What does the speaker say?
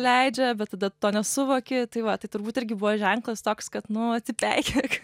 leidžia bet tada to nesuvoki tai va tai turbūt irgi buvo ženklas toks kad nu atsipeikėk